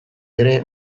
ere